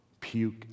puke